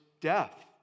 death